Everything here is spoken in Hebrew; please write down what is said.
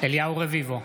אליהו רביבו,